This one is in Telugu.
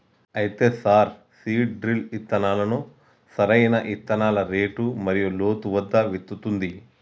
అయితే సార్ సీడ్ డ్రిల్ ఇత్తనాలను సరైన ఇత్తనాల రేటు మరియు లోతు వద్ద విత్తుతుంది